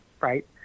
Right